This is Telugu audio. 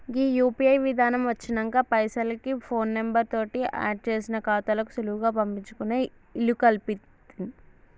గీ యూ.పీ.ఐ విధానం వచ్చినంక పైసలకి ఫోన్ నెంబర్ తోటి ఆడ్ చేసిన ఖాతాలకు సులువుగా పంపించుకునే ఇలుకల్పింది